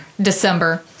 December